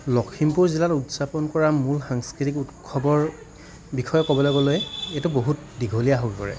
লখিমপুৰ জিলাত উদযাপন কৰা মূল সাংস্কৃতিক উৎসৱৰ বিষয়ে ক'বলৈ গ'লে এইটো বহুত দীঘলীয়া হৈ পৰে